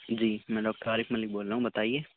جی میں ڈاکٹر عارف ملک بول رہا ہوں بتائیے